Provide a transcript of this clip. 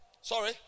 Sorry